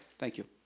thank you.